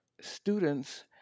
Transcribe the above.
students